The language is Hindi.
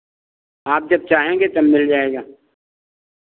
आप जब चाहेंगे तब मिल जाएगा